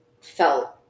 felt